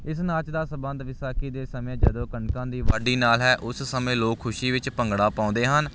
ਇਸ ਨਾਚ ਦਾ ਸਬੰਧ ਵਿਸਾਖੀ ਦੇ ਸਮੇਂ ਜਦੋਂ ਕਣਕਾਂ ਦੀ ਵਾਢੀ ਨਾਲ ਹੈ ਉਸ ਸਮੇਂ ਲੋਕ ਖੁਸ਼ੀ ਵਿੱਚ ਭੰਗੜਾ ਪਾਉਂਦੇ ਹਨ